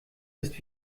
ist